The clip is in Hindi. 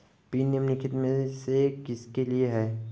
पिन निम्नलिखित में से किसके लिए है?